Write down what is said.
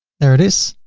there it is.